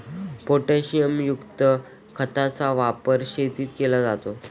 पोटॅशियमयुक्त खताचा वापर शेतीत केला जातो